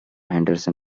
henderson